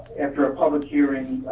after a public hearing,